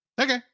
okay